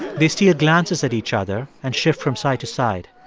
they steal glances at each other and shift from side to side